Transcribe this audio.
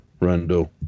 Rando